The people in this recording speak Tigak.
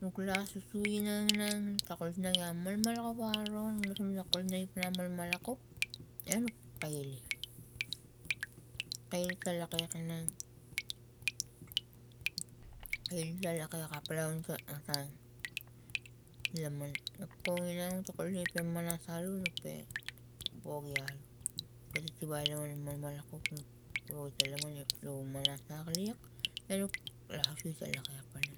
Nuk las susu inang inang takulas na iang malmalak aro takulas na ia kolina malmalakuk e nuk kaile, kail ta laklak inang laklak apalang ta otang laman akong inang taka lu pe ta manmanas alu nu pe bogi al patatwai la malmalakuk nuk wai ta laman lo manas lak liak enuk lakasu ta lak lak pana